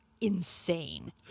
Insane